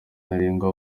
ntarengwa